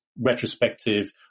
retrospective